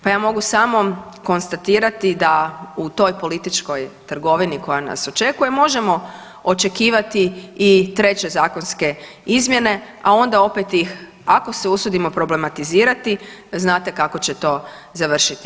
Pa ja mogu samo konstatirati da u toj političkoj trgovini koja nas očekuje možemo očekivati i treće zakonske izmjene, a onda opet ih ako se usudimo problematizirati znate kako će to završiti.